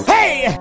Hey